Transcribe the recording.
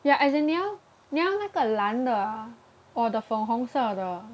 ya as in 你要你要那个蓝的 or the 粉红色的